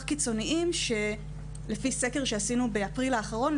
קיצוניים שלפי סקר שעשינו באפריל האחרון,